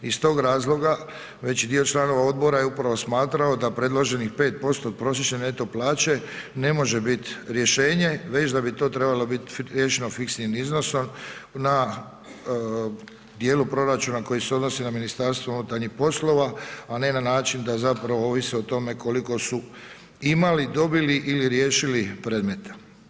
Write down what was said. Iz tog razloga veći dio članova odbora je upravo smatrao da predloženih 5% od prosječne neto plaće ne može biti rješenje već da bi to trebalo biti riješeno fiksnim iznosom na djelu proračuna koji se odnosi na MUP, a ne na način da zapravo ovise o tome koliko su imali, dobili ili riješili predmeta.